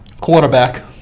Quarterback